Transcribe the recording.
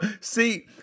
see